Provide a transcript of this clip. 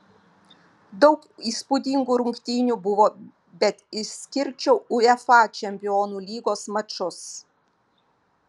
daug įspūdingų rungtynių buvo bet išskirčiau uefa čempionų lygos mačus